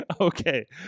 Okay